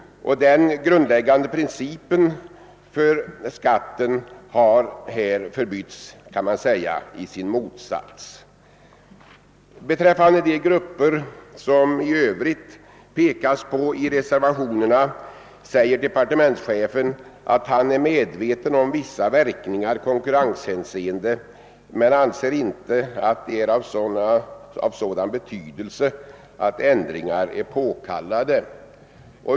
Den grundläggande principen för skatten har här förbytts i sin motsats. Beträffande de grupper som det i övrigt pekas på i reservationerna säger departementschefen att han är medveten om vissa verkningar i konkurrenshänseende men anser inte att de är av sådan betydelse att ändringar är påkallade.